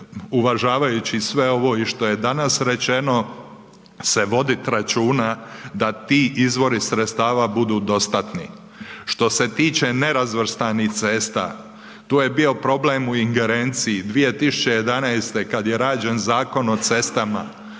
uvažavajući sve ovo i što je danas rečeno se vodit računa da ti izvori sredstava budu dostatni. Što se tiče nerazvrstanih cesta tu je bio problem u ingerenciji, 2011. kad je rađen Zakon o cestama